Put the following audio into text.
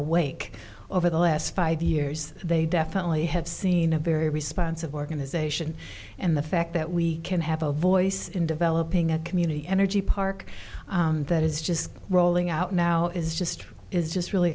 awake over the last five years they definitely have seen a very responsive organization and the fact that we can have a voice in developing a community energy park that is just rolling out now is just is just really